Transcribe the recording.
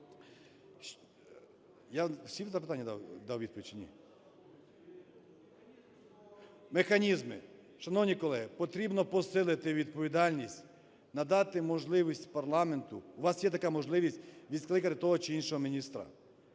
Механізми. Шановні колеги, потрібно посилити відповідальність, надати можливість парламенту, у вас є така можливість, відкликати того чи іншого міністра.